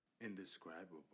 Indescribable